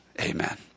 Amen